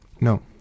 no